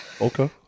Okay